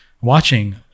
watching